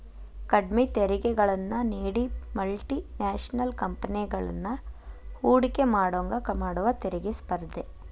ಕಡ್ಮಿ ತೆರಿಗೆಗಳನ್ನ ನೇಡಿ ಮಲ್ಟಿ ನ್ಯಾಷನಲ್ ಕಂಪೆನಿಗಳನ್ನ ಹೂಡಕಿ ಮಾಡೋಂಗ ಮಾಡುದ ತೆರಿಗಿ ಸ್ಪರ್ಧೆ